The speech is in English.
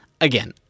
Again